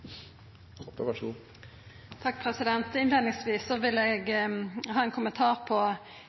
vil eg ha ein kommentar